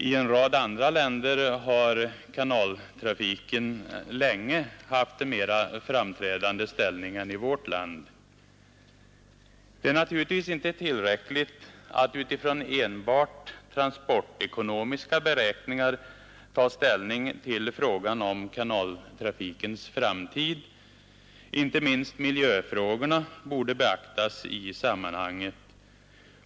I en rad andra länder har kanaltrafiken länge haft en mera framträdande ställning än i vårt land. Det är naturligtvis inte tillräckligt att utifrån enbart transportekonomiska beräkningar ta ställning till frågan om kanaltrafikens framtid. Inte minst miljöfrågorna borde beaktas i sammanhanget.